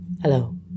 hello